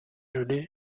gelé